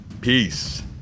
Peace